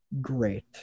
great